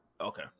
Okay